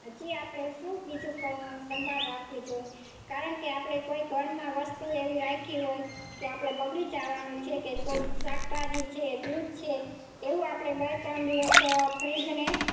હજી આપણે શું બીજું સંભાળ રાખવી જોએ કારણ કે આપણે કોઈ ઘરમાં વસ્તુ એવી રાખી હોય કે આપણે બગડી જવાનું છેકે કોઈ શાકભાજી છે દૂધ છે એવું આપણે બે ત્રણ દિવસ ફ્રિજને